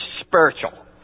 spiritual